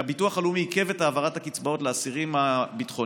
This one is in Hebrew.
הביטוח הלאומי עיכב את העברת הקצבאות לאסירים הביטחוניים